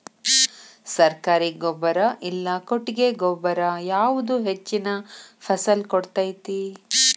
ಸರ್ಕಾರಿ ಗೊಬ್ಬರ ಇಲ್ಲಾ ಕೊಟ್ಟಿಗೆ ಗೊಬ್ಬರ ಯಾವುದು ಹೆಚ್ಚಿನ ಫಸಲ್ ಕೊಡತೈತಿ?